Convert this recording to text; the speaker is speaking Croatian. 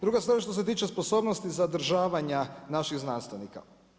Druga stvar što se tiče sposobnosti zadržavanja naših znanstvenika.